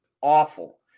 Awful